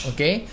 Okay